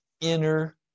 inner